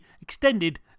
extended